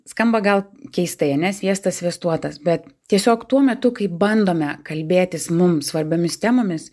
skamba gal keistai ane sviestas sviestuotas bet tiesiog tuo metu kai bandome kalbėtis mums svarbiomis temomis